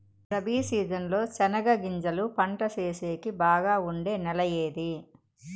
Rabi season లో చెనగగింజలు పంట సేసేకి బాగా ఉండే నెల ఏది?